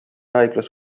haiglas